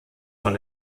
von